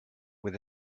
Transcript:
with